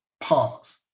Pause